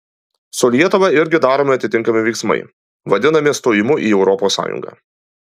su lietuva irgi daromi atitinkami veiksmai vadinami stojimu į europos sąjungą